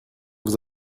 vous